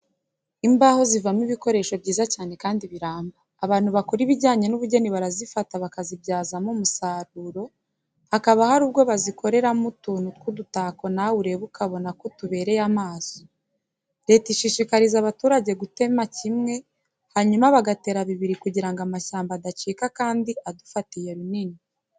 Imbaho zivamo ibikoresho byiza cyane kandi biramba. Abantu bakora ibijyanye n'ubugeni barazifata bakazibyazamo umusaruro, hakaba hari ubwo bazikozemo utuntu tw'udutako nawe ureba ukabona ko tubereye amaso. Leta ishishikariza abaturage gutema kimwe, hanyuma bagatera bibiri kugira ngo amashyamba adacika kandi adufatiye runini.